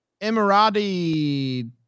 Emirati